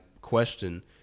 question